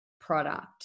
product